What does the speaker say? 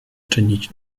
czynić